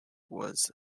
was